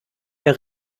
der